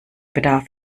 bedarf